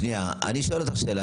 שנייה, אני שואל אותך שאלה.